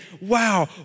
wow